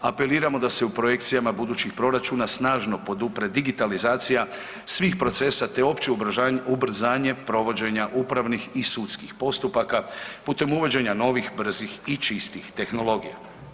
Apeliramo da se u projekcijama budućih proračuna snažno podupre digitalizacija svih procesa te opće ubrzanje provođenja upravnih i sudskih postupaka putem uvođenjem novih, brzih i čistih tehnologija.